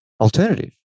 alternative